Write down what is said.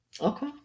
Okay